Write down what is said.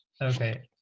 Okay